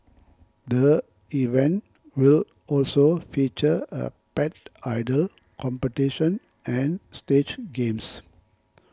the event will also feature a Pet Idol competition and stage games